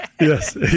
Yes